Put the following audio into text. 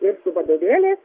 ir vadovėliais